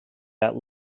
that